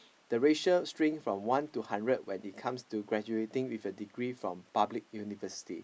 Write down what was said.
the ratio string from one to hundred when it comes to graduating with a degree from public university